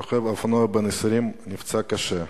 רוכב אופנוע בן 20 נפצע קשה,